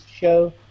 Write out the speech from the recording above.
show